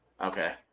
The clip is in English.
Okay